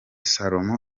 solomon